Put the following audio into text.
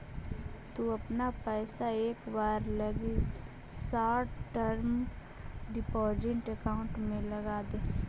तु अपना पइसा एक बार लगी शॉर्ट टर्म डिपॉजिट अकाउंट में लगाऽ दे